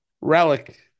Relic